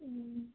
ꯎꯝ